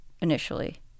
Initially